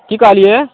कि कहलिए